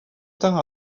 temps